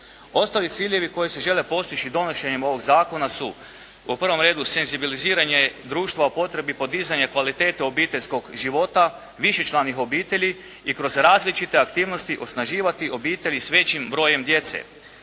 Ostali ciljevi koji se žele postići donošenjem ovog zakona su, u prvom redu, senzibiliziranje društva o potrebi podizanja kvalitete obiteljskog života višečlanih obitelji i kroz različite aktivnosti osnaživati obitelji s većim brojem djece.